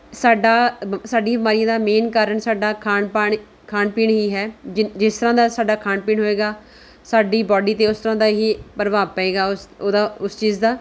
ਸਾਡਾ ਸਾਡੀ ਬਿਮਾਰੀਆਂ ਦਾ ਮੇਨ ਕਾਰਨ ਸਾਡਾ ਖਾਣ ਪਾਣ ਖਾਣ ਪੀਣ ਹੀ ਹੈ ਜਿ ਜਿਸ ਤਰ੍ਹਾਂ ਦਾ ਸਾਡਾ ਖਾਣ ਪੀਣ ਹੋਏਗਾ ਸਾਡੀ ਬੋਡੀ 'ਤੇ ਉਸ ਤਰ੍ਹਾਂ ਦਾ ਹੀ ਪ੍ਰਭਾਵ ਪਏਗਾ ਉਸ ਓਹਦਾ ਉਸ ਚੀਜ਼ ਦਾ